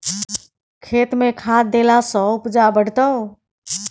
खेतमे खाद देलासँ उपजा बढ़तौ